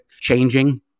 changing